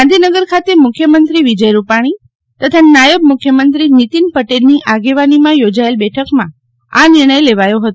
ગાંધીનગર ખાતે મુખ્યમંત્રી વિજય રૂપાણી તથા નાયબ મુખ્યમંત્રી નિતિન પટેલની આગેવાનીમાં યોજાયેલ બેઠકમાં આ નિર્ણય લેવાયો હતો